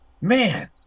Man